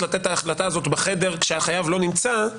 לתת את ההחלטה הזאת בחדר כשהחייב לא נמצא,